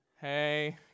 hey